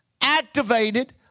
activated